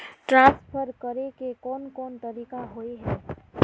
Transfer करे के कोन कोन तरीका होय है?